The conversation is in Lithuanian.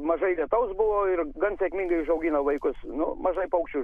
mažai lietaus buvo ir gan sėkmingai užaugino vaikus nu mažai paukščių